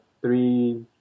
three